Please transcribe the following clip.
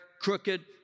crooked